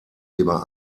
lieber